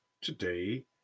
today